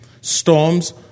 Storms